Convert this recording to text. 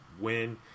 win